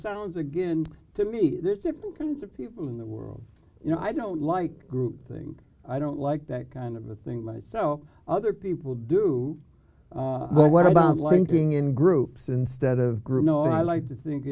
sounds again to me there's different kinds of people in the world you know i don't like group thing i don't like that kind of a thing myself other people do but what about lengthening in groups instead of group no i like to think